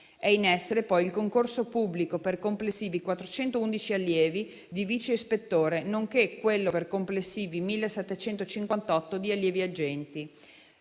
È in essere poi il concorso pubblico per complessivi 411 allievi di vice ispettore, nonché quello per complessivi 1.758 allievi agenti.